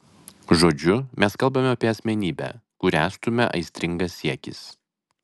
žodžiu mes kalbame apie asmenybę kurią stumia aistringas siekis